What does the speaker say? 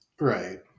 Right